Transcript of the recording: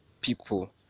people